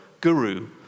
guru